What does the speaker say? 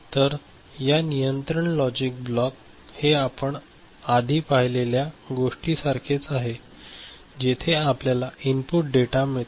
तर या नियंत्रण लॉजिक ब्लॉक हे आपण आधी पाहिलेल्या गोष्टीसारखेच आहे जेथे आपल्याला इनपुट डेटा मिळातो